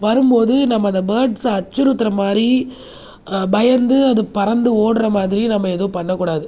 வரும்போது நம்ம அதை பேர்ட்ஸை அச்சுறுத்துகிற மாதிரி பயந்து அது பறந்து ஓடுகிற மாதிரி நம்ம எதுவும் பண்ணக்கூடாது